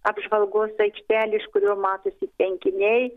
apžvalgos aikštelė iš kurio matosi tvenkiniai